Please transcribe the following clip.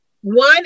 One